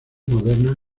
modernas